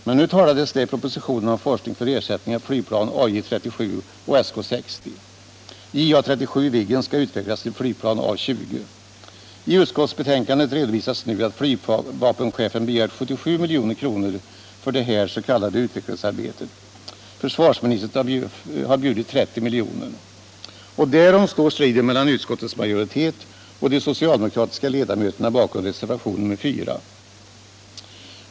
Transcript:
Men nu talades det i propositionen om forskning för ersättning av flygplan AJ 37 och SK 60. JA 37 Viggen skall utvecklas till flygplan A 20. I utskottsbetänkandet redovisas nu att flygvapenchefen begärt 77 milj.kr. för det här s.k. utvecklingsarbetet. Försvarsministern har bjudit 30 miljoner. Och därom står striden mellan utskottets majoritet och de socialdemokratiska ledamöterna bakom reservationen 4.